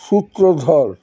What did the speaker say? সূত্রধর